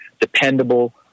dependable